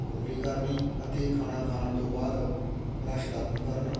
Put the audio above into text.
ਕੁਰਲੀ ਕਰਨੀ ਅਤੇ ਖਾਣਾ ਖਾਣ ਤੋਂ ਬਾਅਦ ਬਰੱਸ਼ ਦਾਤਣ ਕਰਨਾ